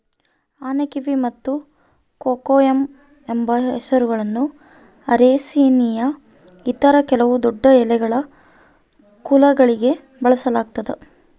ಆನೆಕಿವಿ ಮತ್ತು ಕೊಕೊಯಮ್ ಎಂಬ ಹೆಸರುಗಳನ್ನು ಅರೇಸಿಯ ಇತರ ಕೆಲವು ದೊಡ್ಡಎಲೆಗಳ ಕುಲಗಳಿಗೆ ಬಳಸಲಾಗ್ತದ